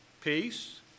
peace